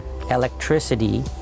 electricity